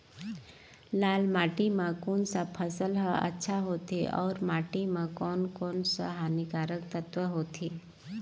लाल माटी मां कोन सा फसल ह अच्छा होथे अउर माटी म कोन कोन स हानिकारक तत्व होथे?